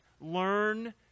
learn